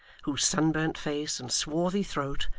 whose sunburnt face and swarthy throat,